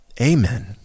Amen